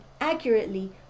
accurately